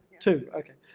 two, okay.